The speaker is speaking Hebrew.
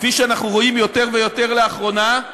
כפי שאנחנו רואים יותר ויותר לאחרונה,